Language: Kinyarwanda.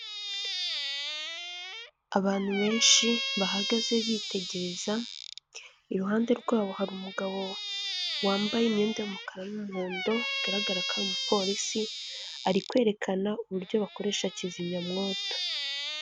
Abantu benshi bahagaze bitegereza iruhande rwabo hari umugabo wambaye imyenda y'umukara n'umuhondo bigaragara ko ari umupolisi ari kwerekana uburyo bakoresha kizimyamwoto.